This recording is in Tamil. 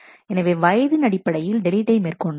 எனவே வயதின் அடிப்படையில் டெலீட்டை மேற்கொண்டோம்